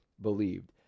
believed